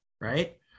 right